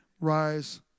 rise